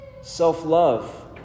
self-love